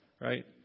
Right